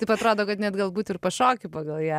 taip atrodo kad net galbūt ir pašoki pagal ją